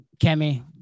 Kemi